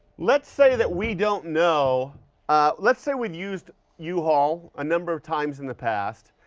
let's say that we don't know ah let's say we've used you know uhaul a number of times in the past.